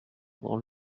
dans